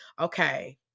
okay